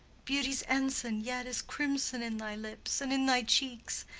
beauty's ensign yet is crimson in thy lips and in thy cheeks,